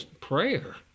prayer